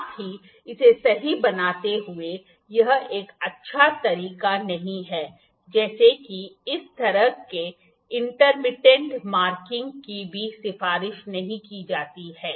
साथ ही इसे सही बनाते हुए यह एक अच्छा तरीका नहीं है जैसे कि इस तरह के इंटरमिटेंट मार्किंग की भी सिफारिश नहीं की जाती है